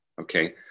Okay